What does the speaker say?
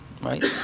right